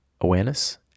awareness